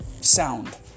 sound